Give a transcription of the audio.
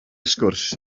sgwrs